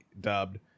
dubbed